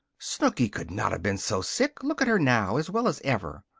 snooky could not have been so sick! look at her now! as well as ever.